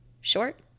Short